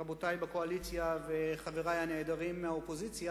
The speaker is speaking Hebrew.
רבותי בקואליציה וחברי הנעדרים מהאופוזיציה,